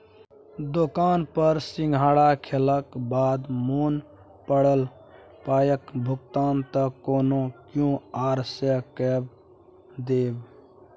दोकान पर सिंघाड़ा खेलाक बाद मोन पड़ल पायक भुगतान त कोनो क्यु.आर सँ कए देब